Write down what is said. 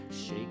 shake